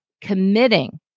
committing